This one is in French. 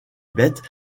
bêtes